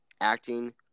acting